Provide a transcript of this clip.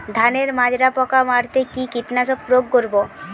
ধানের মাজরা পোকা মারতে কি কীটনাশক প্রয়োগ করব?